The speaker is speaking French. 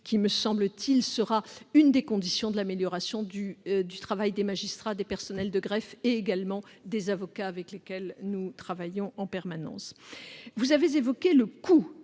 qui, me semble-t-il, sera l'une des conditions de l'amélioration du travail des magistrats, des personnels de greffe et également des avocats, avec lesquels nous travaillons en permanence. Vous avez soulevé